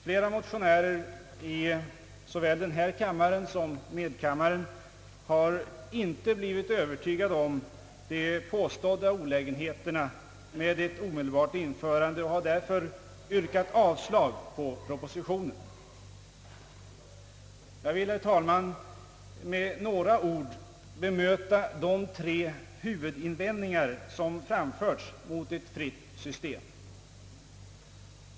Många motionärer i såväl denna kammare som medkammaren har inte blivit övertygade om de påstådda olägenheterna med ett omedelbart införande av ett fritt system och har därför yrkat avslag på propositionen. Jag vill, herr talman, med några ord bemöta de tre huvudinvändningar som framförts mot ett fritt system.